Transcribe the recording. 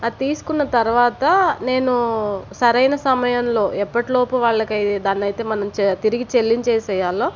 అది తీసుకున్న తరువాత నేను సరైన సమయంలో ఎప్పటిలోపు వాళ్లకి దాన్నైతే మనం చ తిరిగి చెల్లించేసేయాలో